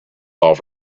off